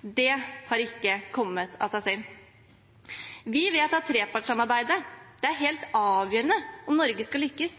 Det har ikke kommet av seg selv. Vi vet at trepartssamarbeidet er helt avgjørende om Norge skal lykkes.